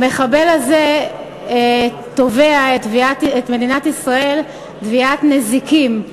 המחבל הזה תובע את מדינת ישראל תביעת נזיקים,